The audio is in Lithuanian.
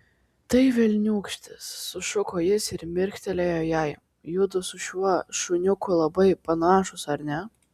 tai velniūkštis sušuko jis ir mirktelėjo jai judu su šiuo šuniuku labai panašūs ar ne